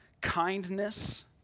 kindness